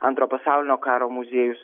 antro pasaulinio karo muziejus